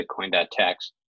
Bitcoin.tax